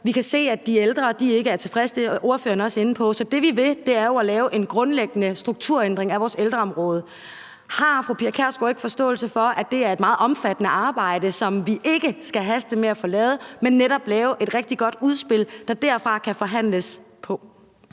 Vi kan se, at de ældre ikke er tilfredse, og det er ordføreren også inde på. Så det, vi vil, er jo at lave en grundlæggende strukturændring af vores ældreområde. Har fru Pia Kjærsgaard ikke forståelse for, at det er et meget omfattende arbejde, som vi ikke skal haste igennem, men at vi netop skal lave et rigtig godt udspil, som der kan forhandles på